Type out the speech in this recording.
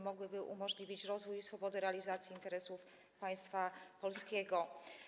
Mogłoby to umożliwić rozwój i swobodę realizacji interesów państwa polskiego.